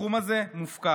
התחום הזה מופקר.